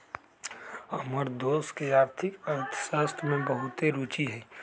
हमर दोस के आर्थिक अर्थशास्त्र में बहुते रूचि हइ